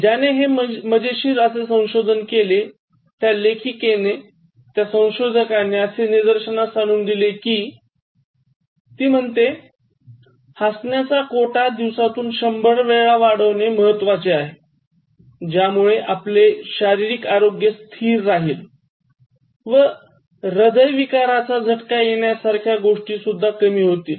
ज्याने हे मजेशीर असे संशोधन केले आहे त्या लेखकाने संशोधकाने असे निदर्शनास आणून दिले कि ती म्हणते हसण्याचा कोटा दिवसात 100 वेळा वाढवणे महत्वाचे आहे ज्यामुळे आपले शारीरिक आरोग्य स्थिर राहील व हृदयविकाराचा झटका येण्यासारख्या गोष्टी कमी होतील